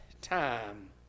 Time